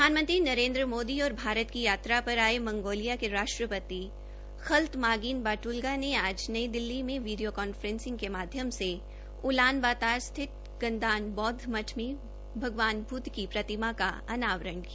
प्रधानमंत्री नरेन्द्र मोदी और भारत की यात्रा पर आये मंगोलिया के राष्ट्रपति खल्त मागिन बादुल्गा ने आज नई दिल्ली में वीडियो कांफ्रेसिंग के माध्यम से उलानबातार स्थित गंदान बौद्व मठ मे भगवान बूद्व की प्रतिमा का संयुक्त रूप से अनावरण किया